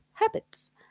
habits